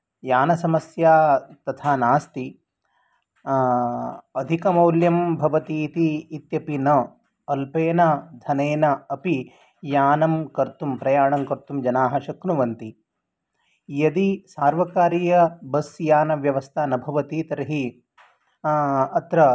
यानसमस्या तथा नास्ति अधिकमौल्यं भवति इति इत्यपि न अल्पेन धनेन अपि यानं कर्तुं प्रयाणं कर्तुं जनाः शक्नुवन्ति यदि सार्वकारीय बस् यानव्यवस्था न भवति तर्हि अत्र